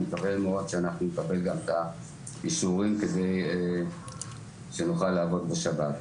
אני מקווה מאוד שאנחנו נקבל גם את האישורים כדי שנוכל לעבוד בשבת.